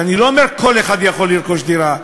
ואני לא אומר: כל אחד יכול לרכוש דירה.